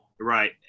Right